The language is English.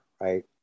right